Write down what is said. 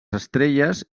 estrelles